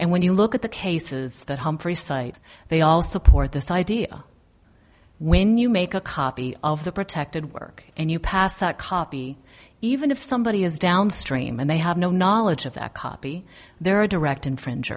and when you look at the cases that humphrey site they all support this idea when you make a copy of the protected work and you pass that copy even if somebody is downstream and they have no knowledge of that copy there are a direct infringe